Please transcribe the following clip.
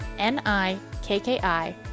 N-I-K-K-I